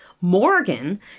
Morgan